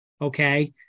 okay